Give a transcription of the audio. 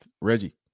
Reggie